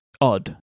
odd